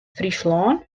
fryslân